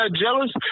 jealous